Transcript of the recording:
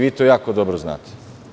Vi to jako dobro znate.